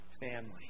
family